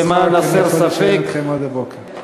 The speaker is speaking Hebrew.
אני יכול להישאר אתכם עד הבוקר.